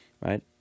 right